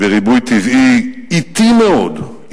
בריבוי טבעי אטי מאוד,